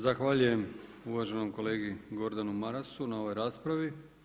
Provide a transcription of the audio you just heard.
Zahvaljujem uvaženom kolegi Gordanu Marasu na ovoj raspravi.